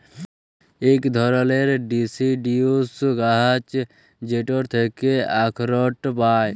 ইক ধারালের ডিসিডিউস গাহাচ যেটর থ্যাকে আখরট পায়